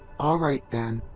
alright, then.